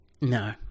No